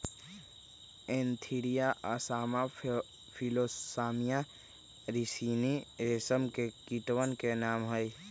Antheraea assama Philosamia ricini रेशम के कीटवन के नाम हई